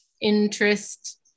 interest